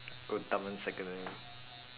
go dunman secondary